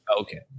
Okay